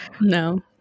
No